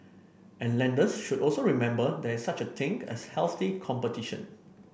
and lenders should also remember there is such a thing as healthy competition